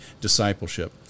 discipleship